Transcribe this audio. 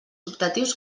optatius